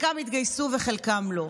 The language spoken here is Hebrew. וחלקם יתגייסו וחלקם לא.